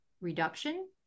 reduction